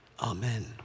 amen